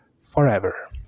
forever